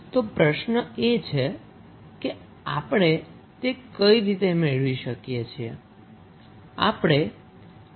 તો પ્રશ્ન એ છે કે આપણે તે કઈ રીતે મેળવી શકીએ છીએ